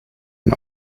and